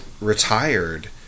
retired